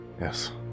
Yes